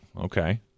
okay